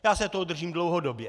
Já se toho držím dlouhodobě.